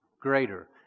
Greater